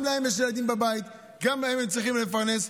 גם להם יש ילדים בבית, גם הם צריכים לפרנס.